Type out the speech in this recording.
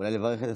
איש עקרונות.